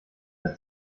das